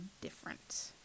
different